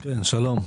כן, שלום.